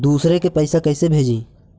दुसरे के पैसा कैसे भेजी?